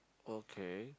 okay